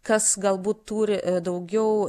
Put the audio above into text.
kas galbūt turi daugiau